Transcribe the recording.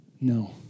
No